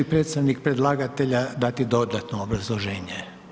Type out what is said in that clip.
predstavnik predlagatelja dati dodatno obrazloženje?